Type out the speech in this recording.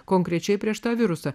konkrečiai prieš tą virusą